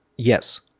Yes